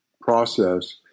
process